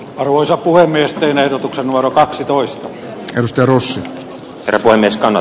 arvoisa puhemies tein ehdotuksen vuoro kaksitoista rus verotoimiston